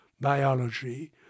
biology